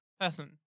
person